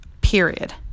Period